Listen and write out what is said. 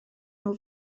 nhw